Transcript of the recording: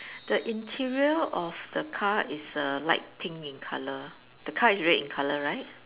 the interior of the car is err light pink in colour the car is red in colour right